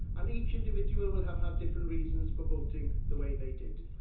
and each individual will have had different reasons for voting the way they did.